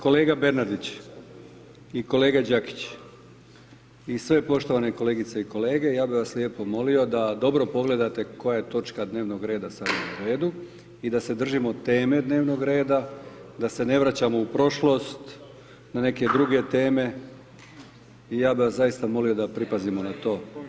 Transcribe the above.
Kolega Bernardić i kolega Đakić i sve poštovane kolegice i kolege, ja bi vas lijepo molio da dobro pogledate koja je točka dnevnog reda sada na redu i da se držimo teme dnevnog reda, da se ne vraćamo u prošlost na neke druge teme i ja bi vas zaista molio da pripazimo na to.